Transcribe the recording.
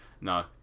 no